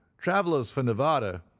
travellers for nevada,